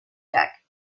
deck